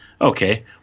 Okay